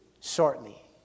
shortly